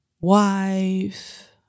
wife